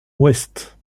ouest